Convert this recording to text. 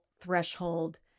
threshold